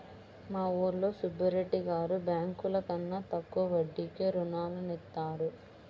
మా ఊరిలో సుబ్బిరెడ్డి గారు బ్యేంకుల కన్నా తక్కువ వడ్డీకే రుణాలనిత్తారు